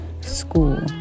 school